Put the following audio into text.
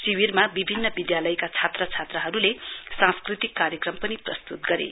शिविरमा विभिन्न विद्यालयका छात्र छात्राहरूले सांस्कृतिक कार्यक्रम् पनि प्रस्तृत गरे